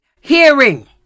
Hearing